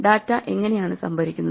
data എങ്ങനെയാണ് സംഭരിക്കുന്നത്